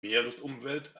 meeresumwelt